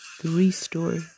three-story